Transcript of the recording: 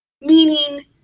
Meaning